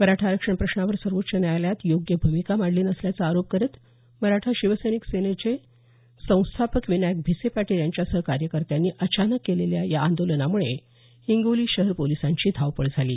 मराठा आरक्षण प्रश्नावर सर्वोच्च न्यायालयात योग्य भूमिका मांडली नसल्याचा आरोप करत मराठा शिवसैनिक सेनेचे संस्थापक विनायक भिसे पाटील यांच्यासह कार्यकर्त्यांनी अचानक केलेल्या या आंदोलनामुळे हिंगोली शहर पोलिसांची धावपळ झाली